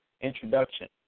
introduction